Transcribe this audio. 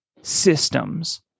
systems